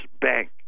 bank